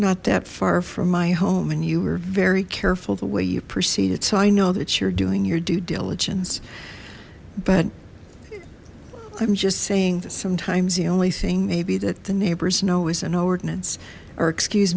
not that far from my home and you were very careful the way you proceeded so i know that you're doing your due diligence but i'm just saying that sometimes the only thing maybe that the neighbors know is an ordinance or excuse